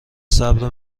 صبر